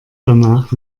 danach